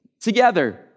together